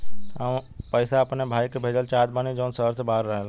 हम पैसा अपने भाई के भेजल चाहत बानी जौन शहर से बाहर रहेलन